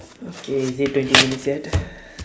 okay is it twenty minutes yet